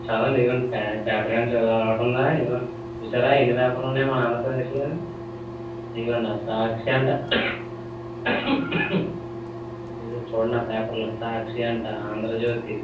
చాలండి ఇదుగోండి paper paper ఏమైనా చదివే అలవాటు ఉందా ఇగో చూసారా ఎన్ని పేపర్లు ఉన్నాయో మన ఆంధ్రప్రదేశ్ లో ఇదిగోండి ఆ సాక్షి అంట ఇదిగో చూడండి ఆ పేపర్లు సాక్షి అంట ఆంధ్రజ్యోతి